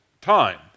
time